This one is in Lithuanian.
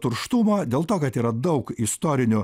turštumo dėl to kad yra daug istorinių